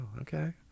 okay